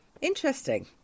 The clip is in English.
Interesting